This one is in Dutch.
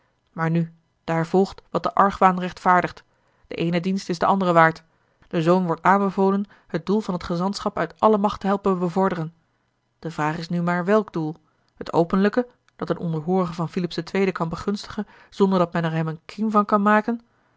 maar nu daar volgt wat de argwaan rechtvaardigt de eene dienst is de andere waard den zoon wordt aanbevolen het doel van het gezantschap uit alle macht te helpen bevorderen de vraag is nu maar welk doel het openlijke dat een onderhoorige van filips ii kan begunstigen zonderdat men er hem een crime van kan maken